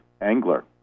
Angler